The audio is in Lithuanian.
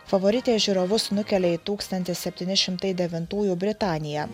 favoritė žiūrovus nukelia į tūkstantis septyni šimtai devintųjų britaniją